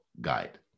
guide